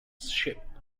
ship